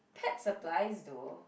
pet supplies though